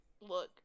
look